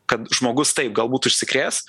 kad žmogus taip galbūt užsikrės